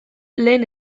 lehen